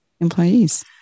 employees